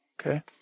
okay